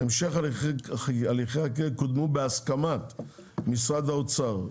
"המשך הליכי החקיקה קודמו בהסכמת משרד האוצר,